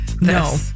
No